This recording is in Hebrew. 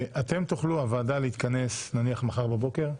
הוועדה תוכל להתכנס נניח מחר בבוקר?